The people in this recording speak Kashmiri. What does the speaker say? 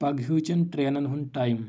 پگہۭچین ٹرینن ہُند ٹایم